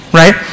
right